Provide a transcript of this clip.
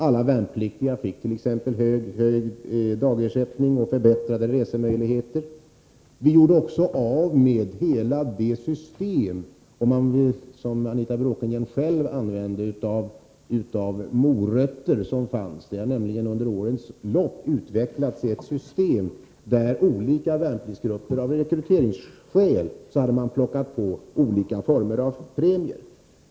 Alla värnpliktiga fick t.ex. höjd dagersättning och bättre resemöjligheter. Vidare gjorde vi oss av med hela det system av ”morötter” — för att citera Anita Bråkenhielm — som fanns. Under årens lopp har nämligen utvecklats ett annat system. Olika värnpliktsgrupper har, av rekryteringsskäl, fått olika former av premier.